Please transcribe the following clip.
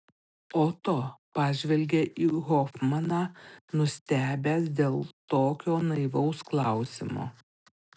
oto pažvelgė į hofmaną nustebęs dėl tokio naivaus klausimo